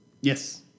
Yes